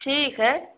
ठीक है